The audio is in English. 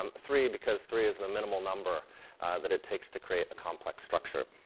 um three, because three is the minimal number that it takes to create a complex structure.